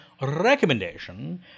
recommendation